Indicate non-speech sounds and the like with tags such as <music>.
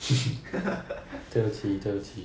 <laughs> 对不起对不起